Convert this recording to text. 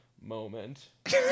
moment